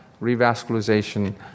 revascularization